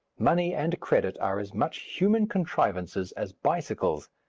money and credit are as much human contrivances as bicycles,